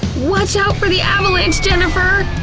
watch out for the avalanche, jennifer!